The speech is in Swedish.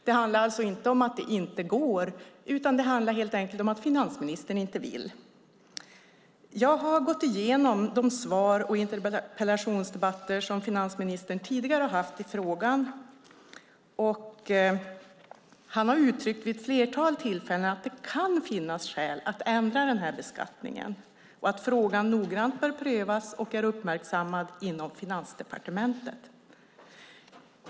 Det handlar alltså inte om att det inte går utan om att finansministern helt enkelt inte vill. Jag har gått igenom de svar och interpellationsdebatter som finansministern tidigare har haft i frågan, och han har vid ett flertal tillfällen uttryckt att det kan finnas skäl att ändra beskattningen och att frågan noggrant bör prövas och är uppmärksammad inom Finansdepartementet.